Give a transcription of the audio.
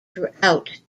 throughout